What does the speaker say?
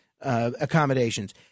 accommodations